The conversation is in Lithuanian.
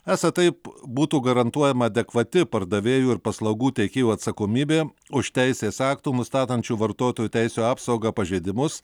esą taip būtų garantuojama adekvati pardavėjų ir paslaugų teikėjų atsakomybė už teisės aktų nustatančių vartotojų teisių apsaugą pažeidimus